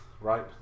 right